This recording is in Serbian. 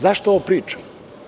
Zašto ovo pričam?